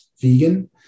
vegan